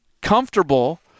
comfortable